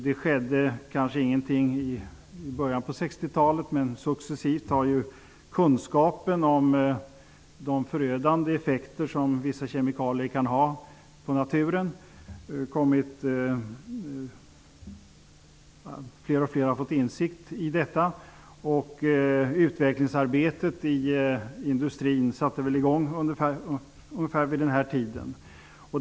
Det skedde kanske ingenting i början av 60-talet, men successivt har kunskapen om de förödande effekter som vissa kemikalier kan ha på naturen nått ut. Fler och fler människor har fått insikt om det, och utvecklingsarbetet i industrin satte i gång ungefär vid denna tidpunkt.